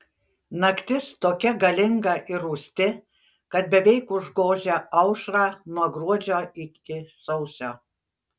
naktis tokia galinga ir rūsti kad beveik užgožia aušrą nuo gruodžio iki sausio